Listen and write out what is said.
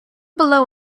below